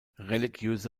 religiöse